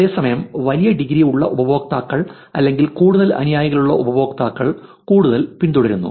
അതേസമയം വലിയ ഡിഗ്രി ഉള്ള ഉപയോക്താക്കൾ അല്ലെങ്കിൽ കൂടുതൽ അനുയായികളുള്ള ഉപയോക്താക്കൾ കൂടുതൽ പിന്തുടരുന്നു